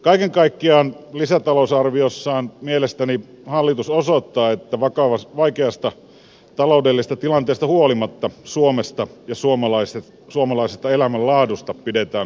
kaiken kaikkiaan lisätalousarviossaan mielestäni hallitus osoittaa että vaikeasta taloudellisesta tilanteesta huolimatta suomesta ja suomalaisesta elämänlaadusta pidetään huolta